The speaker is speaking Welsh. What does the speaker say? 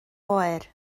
oer